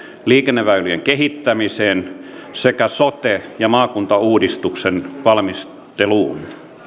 liikenneväylien kehittämiseen sekä sote ja maakuntauudistuksen valmisteluun